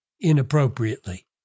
inappropriately